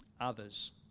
others